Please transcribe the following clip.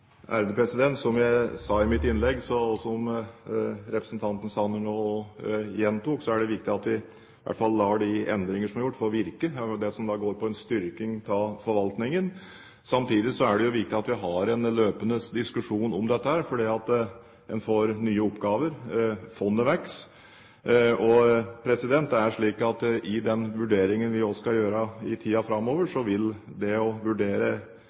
Som jeg sa i mitt innlegg, og som representanten Sanner nå gjentok, er det viktig at vi i hvert fall lar de endringer som er gjort, få virke – det som går på en styrking av forvaltningen. Samtidig er det jo viktig at vi har en løpende diskusjon om dette. Man får nye oppgaver, fondet vokser, og i den vurderingen vi skal gjøre i tiden framover, vil det å vurdere